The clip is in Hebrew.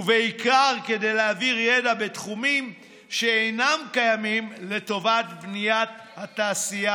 ובעיקר כדי להעביר ידע בתחומים שאינם קיימים לטובת בניית התעשייה